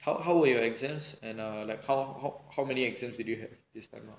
how how would your exams and err like how how how many exams you do you have this time ah